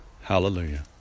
hallelujah